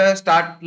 start